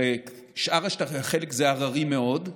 חלק זה הררי מאוד,